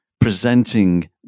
presenting